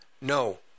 no